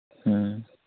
ꯎꯝ